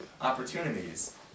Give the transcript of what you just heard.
opportunities